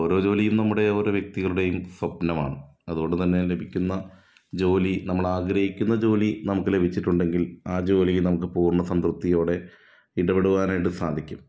ഓരോ ജോലിയും നമ്മുടെ ഒരോ വ്യക്തികളുടേയും സ്വപ്നമാണ് അതുകൊണ്ട് തന്നെ ലഭിക്കുന്ന ജോലി നമ്മളാഗ്രഹിക്കുന്ന ജോലി നമുക്ക് ലഭിച്ചിട്ടുണ്ടെങ്കിൽ ആ ജോലി നമുക്ക് പൂർണ്ണ സംതൃപ്തിയോടെ ഇടപെടുവാനായിട്ട് സാധിക്കും